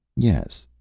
yes,